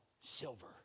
silver